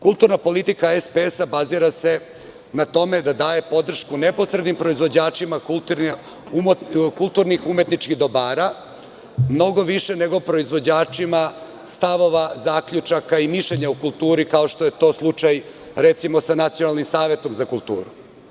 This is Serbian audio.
Kulturna politika SPS bazira se na tome daje podršku neposrednim proizvođačima kulturnih umetničkih dobara, mnogo više nego proizvođačima stavova, zaključaka i mišljenja o kulturi, kao što je to slučaj, recimo, sa Nacionalnim savetom za kulturu.